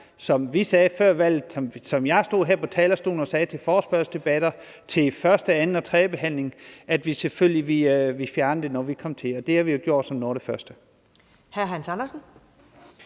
som vi sagde før valget, og som jeg stod her på talerstolen og sagde ved forespørgselsdebatter, til første-, anden- og tredjebehandlinger, nemlig at vi selvfølgelig ville fjerne det, når vi kom til. Og det har vi jo gjort som noget af det